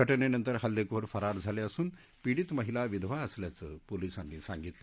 घटनेनंतर हल्लेखोर फरार झाले असून पीडित माहिला विधवा असल्याचं पोलिसांनी सांगितलं